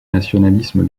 nationalisme